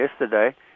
yesterday